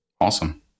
Awesome